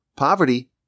Poverty